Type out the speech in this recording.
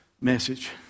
message